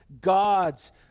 God's